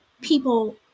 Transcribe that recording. people